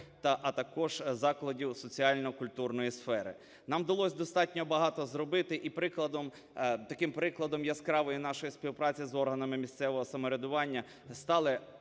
а також закладів соціально-культурної сфери. Нам вдалось достатньо багато зробити. І таким прикладом яскравою нашої співпраці з органами місцевого самоврядування стали